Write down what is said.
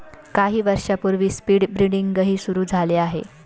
काही वर्षांपूर्वी स्पीड ब्रीडिंगही सुरू झाले आहे